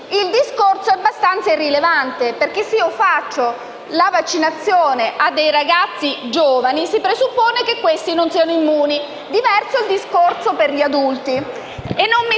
il discorso è abbastanza irrilevante, perché se si fa la vaccinazione a dei ragazzi giovani, si presuppone che essi non siano immuni. Diverso è il discorso per gli adulti.